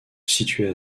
située